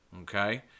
Okay